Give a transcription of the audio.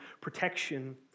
protection